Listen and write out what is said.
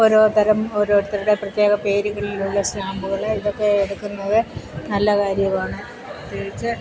ഓരോ തരം ഓരോരുത്തരുടെ പ്രത്യേകം പേരുകളിലുള്ള സ്റ്റാമ്പുകൾ ഇതൊക്കെ എടുക്കുന്നത് നല്ല കാര്യമാണ് പ്രത്യേകിച്ച്